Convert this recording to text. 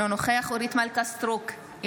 אינו נוכח אורית מלכה סטרוק,